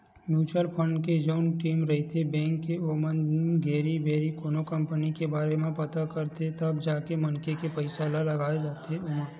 mutual fund के जउन team रहिथे बेंक के ओमन घेरी भेरी कोनो कंपनी के बारे म पता करथे तब जाके मनखे के पइसा ल लगाथे ओमा